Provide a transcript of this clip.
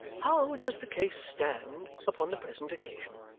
how does the case stand, upon the present occasion?